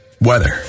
weather